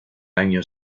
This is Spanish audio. año